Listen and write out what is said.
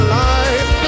life